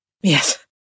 Yes